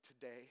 today